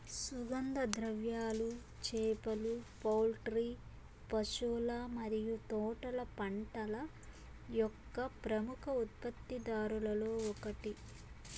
సుగంధ ద్రవ్యాలు, చేపలు, పౌల్ట్రీ, పశువుల మరియు తోటల పంటల యొక్క ప్రముఖ ఉత్పత్తిదారులలో ఒకటి